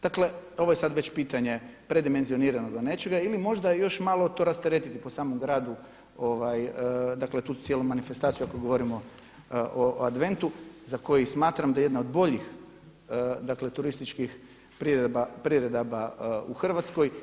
Dakle, ovo je sad već pitanje predimenzioniranoga nečega ili možda još malo to rasteretiti po samom gradu, dakle tu cijelu manifestaciju ako govorimo o adventu za koji smatram da je jedan od boljih, dakle turističkih priredaba u Hrvatskoj.